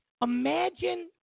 imagine